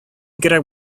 кирәк